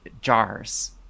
jars